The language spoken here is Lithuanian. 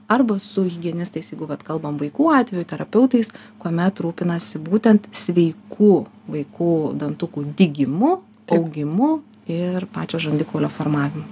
arba su higienistais jeigu vat kalbam vaikų atveju terapeutais kuomet rūpinasi būtent sveikų vaikų dantukų dygimu augimu ir pačios žandikaulio formavimu